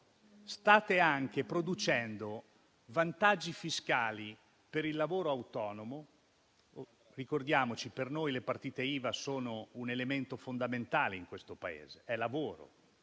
State anche producendo vantaggi fiscali per il lavoro autonomo. Ricordiamoci che per noi le partite IVA sono un elemento fondamentale in questo Paese: sono lavoro,